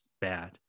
bad